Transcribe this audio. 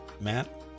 Matt